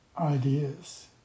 ideas